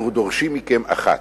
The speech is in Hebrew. אנחנו דורשים מכם אחת,